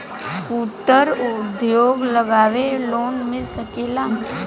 कुटिर उद्योग लगवेला लोन मिल सकेला?